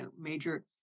major